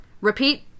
Repeat